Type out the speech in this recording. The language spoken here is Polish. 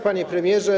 Panie Premierze!